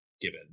given